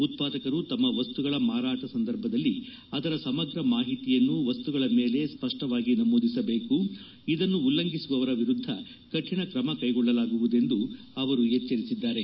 ಉತ್ಪಾದಕರು ತಮ್ಮ ವಸ್ತುಗಳ ಮಾರಾಟ ಸಂದರ್ಭದಲ್ಲಿ ಅದರ ಸಮಗ್ರ ಮಾಹಿತಿಯನ್ನು ವಸ್ತುಗಳ ಮೇಲೆ ಸಪ್ಪವಾಗಿ ನಮೂದಿಸಬೇಕು ಇದನ್ನು ಉಲ್ಲಂಘಿಸುವವರ ವಿರುದ್ಧ ಕಠಣ ತ್ರಮ ಕ್ನೆಗೊಳ್ಳಲಾಗುವುದೆಂದು ಅವರು ಎಚ್ಚರಿಸಿದ್ದಾರೆ